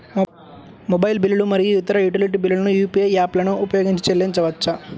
mobile బిల్లులు మరియు ఇతర యుటిలిటీ బిల్లులను యూ.పీ.ఐ యాప్లను ఉపయోగించి చెల్లించవచ్చు